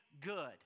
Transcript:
good